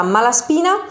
Malaspina